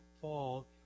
fall